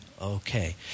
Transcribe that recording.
okay